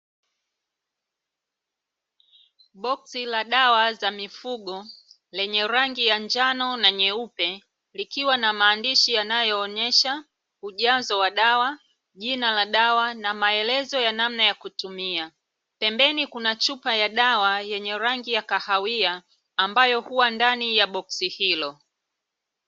Boksi la dawa za mifugo lenye rangi ya njano na nyeupe, likwa na maandishi yanayoonyesha ujazo wa dawa, jina la dawa, na maelezo ya namna ya kutumia. Pembeni kuna chupa ya dawa yenye rangi ya kahawia, ambayo huwa ndani ya boksi hilo.